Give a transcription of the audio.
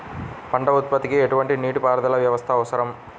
పంట ఉత్పత్తికి ఎటువంటి నీటిపారుదల వ్యవస్థ అవసరం?